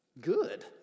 Good